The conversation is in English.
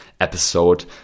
episode